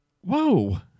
Whoa